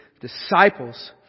disciples